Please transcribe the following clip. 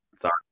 Sorry